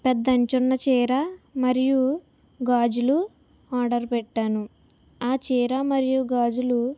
పెద్ద అంచు ఉన్న చీర మరియు గాజులు ఆర్డర్ పెట్టాను ఆ చీర మరియు గాజులు